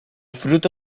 fruto